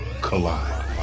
collide